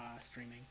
streaming